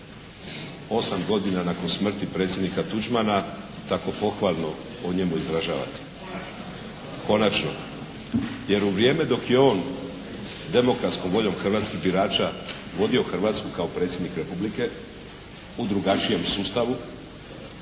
osam godina nakon smrti predsjednika Tuđmana tako pohvalno o njemu izražavate. …/Upadica se ne čuje./… Konačno. Jer u vrijeme dok je on demokratskom voljom hrvatskih birača vodio Hrvatsku kao Predsjednik Republike u drugačijem sustavu,